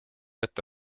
ette